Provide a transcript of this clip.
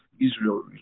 Israel